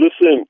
Listen